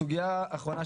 סוגייה אחרונה,